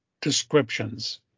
descriptions